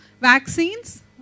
vaccines